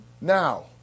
now